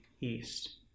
East